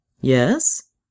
Yes